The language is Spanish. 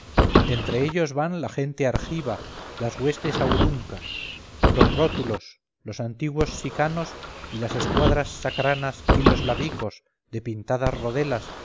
entre ellos van la gente argiva las huestes auruncas los rótulos los antiguos sicanos y las escuadras sacranas y los labicos de pintadas rodelas